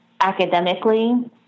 academically